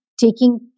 taking